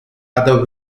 other